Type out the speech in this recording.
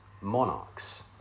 monarchs